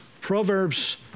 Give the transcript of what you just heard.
Proverbs